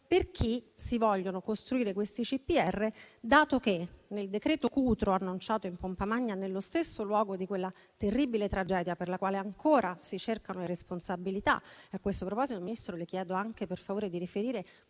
per chi si vogliono costruire questi CPR, dato che nel decreto Cutro, annunciato in pompa magna nello stesso luogo di quella terribile tragedia per la quale ancora si cercano le responsabilità - a questo proposito, Ministro, le chiedo anche, per favore, di riferire